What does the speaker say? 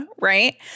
right